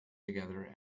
together